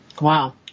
Wow